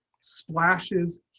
splashes